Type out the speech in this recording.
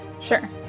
sure